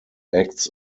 acts